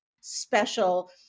special